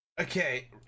Okay